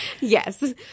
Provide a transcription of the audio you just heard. Yes